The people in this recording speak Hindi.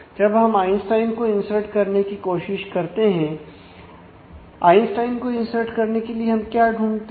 अब हम आइंस्टाइन को इन्सर्ट करने की कोशिश करते हैं